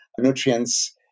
nutrients